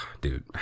dude